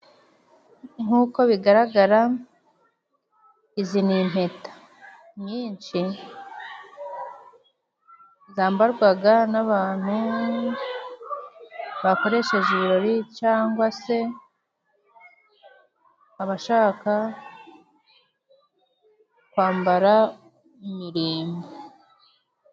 Nkuko bigaragara, izi ni impeta nyinshi zambarwaga n'abantu bakoresheje ibirori cyanga se abashaka kwambara imirimbo.